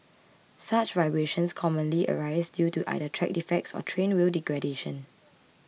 such vibrations commonly arise due to either track defects or train wheel degradation